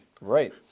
Right